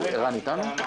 תודה רבה.